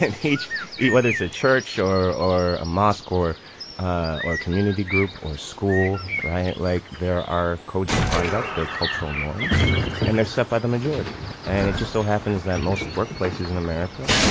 hate it whether it's a church or a mosque or ah or community group or school. right. like there are codes of conduct, their cultural norms and they're set by the majority and it just so happens that most workplaces in america,